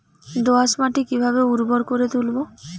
দোয়াস মাটি কিভাবে উর্বর করে তুলবো?